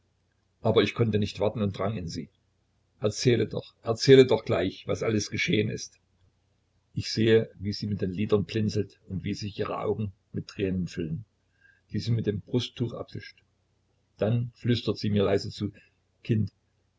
aber ich konnte nicht warten und drang in sie erzähle doch erzähle doch gleich was alles geschehen ist ich sehe wie sie mit den lidern blinzelt und wie sich ihre augen mit tränen füllen die sie mit dem brusttuch abwischt dann flüstert sie mir leise zu kind